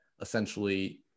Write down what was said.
essentially